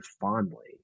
fondly